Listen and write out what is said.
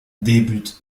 débute